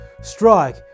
STRIKE